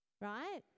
right